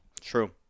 True